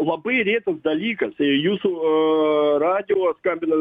labai rietas dalykas į jūsų radijo skambino